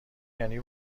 یعنی